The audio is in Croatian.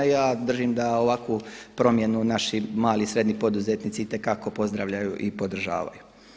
I ja držim da ovakvu promjenu naši mali i srdnji poduzetnici itekako pozdravljaju i podržavaju.